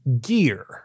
gear